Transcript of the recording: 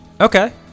Okay